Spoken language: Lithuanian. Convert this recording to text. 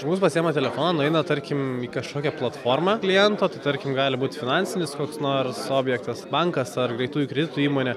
žmogus pasiima telefoną nueina tarkim į kažkokią platformą kliento tai tarkim gali būt finansinis koks nors objektas bankas ar greitųjų kreditų įmonė